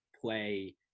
play